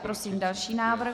Prosím další návrh.